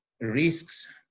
risks